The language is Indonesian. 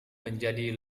menjadi